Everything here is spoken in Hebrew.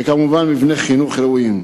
וכמובן מבני חינוך ראויים.